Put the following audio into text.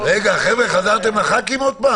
חזרתם לחברי הכנסת?